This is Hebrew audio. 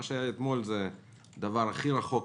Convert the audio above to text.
מה שהיה אתמול הוא הדבר הכי רחוק